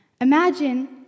Imagine